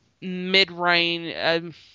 mid-range